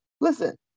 listen